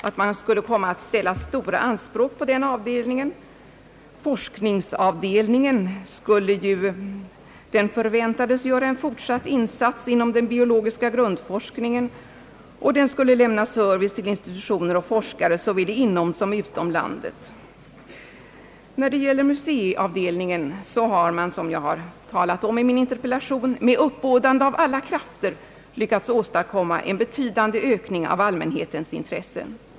Stora anspråk skulle komma att ställas på den avdelningen. Forskningsavdelningen förväntades göra en fortsatt insats inom den biologiska grundforskningen, den skulle lämna service till institutioner och forskare såväl inom som utom landet. När det gäller museiavdelningen har man, såsom jag nämnt i min interpellation, med uppbådande av alla krafter lycktas åstadkomma ett betydligt ökat intresse hos allmänheten.